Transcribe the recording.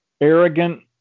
arrogant